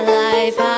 life